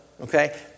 okay